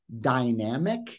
dynamic